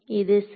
இது சரி